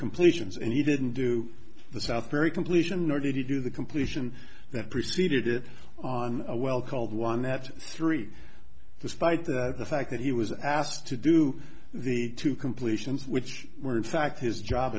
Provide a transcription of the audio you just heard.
completions and he didn't do the southbury completion nor did he do the completion that preceded it on a well called one that three despite the fact that he was asked to do the two completions which were in fact his job